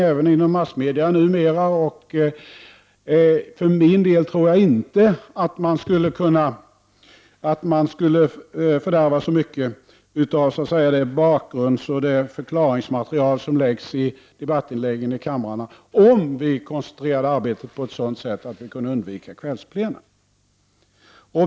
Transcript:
För min del tror jag inte att man skulle fördärva så mycket av det bakgrundsoch förklaringsmaterial som förekommer i debattinläggen i kammaren om vi koncentrerade arbetet på ett sådant sätt att vi kunde undvika kvällsplena.